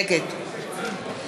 נגד מכלוף